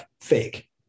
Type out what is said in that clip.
fake